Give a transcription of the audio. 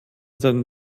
seinen